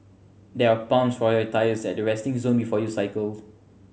there are pumps for your tyres at the resting zone before you cycle